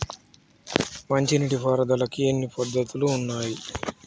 మంచి నీటి పారుదలకి ఎన్ని పద్దతులు ఉన్నాయి?